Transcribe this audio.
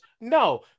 no